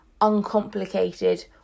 uncomplicated